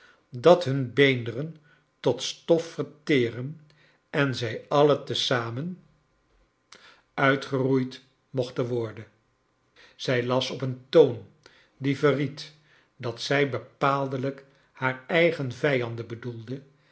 dat nun beenderen tot stof verteeren en zij allerj te zamen uitgeroeid mochten worden zij las op een toon die verried dat zij bepaaldelijk haar eigen vijanden